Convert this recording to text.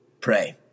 pray